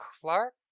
Clark